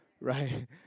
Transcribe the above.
Right